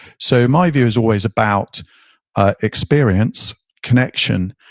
so my view is always about ah experience, connection,